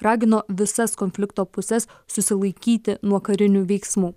ragino visas konflikto puses susilaikyti nuo karinių veiksmų